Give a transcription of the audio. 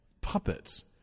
puppets